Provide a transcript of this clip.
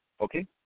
okay